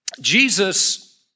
Jesus